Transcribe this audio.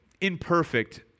imperfect